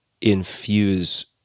infuse